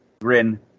grin